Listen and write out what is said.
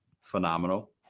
phenomenal